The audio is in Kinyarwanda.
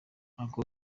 uncle